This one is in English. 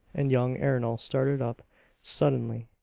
and young ernol started up suddenly,